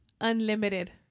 Unlimited